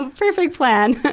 perfect plan.